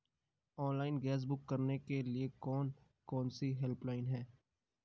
Online gas book करने के लिए कौन कौनसी हेल्पलाइन हैं?